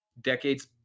decades